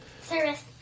Service